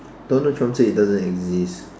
Donald Trump said it doesn't exist